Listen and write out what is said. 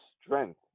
strength